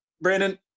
Brandon